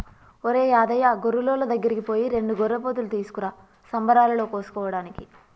ఒరేయ్ యాదయ్య గొర్రులోళ్ళ దగ్గరికి పోయి రెండు గొర్రెపోతులు తీసుకురా సంబరాలలో కోసుకోటానికి